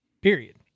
Period